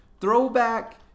throwback